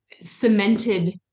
cemented